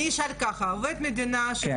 אני לקחתי עכשיו הכי בכיר שיש.